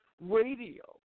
Radio